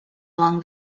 along